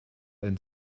einen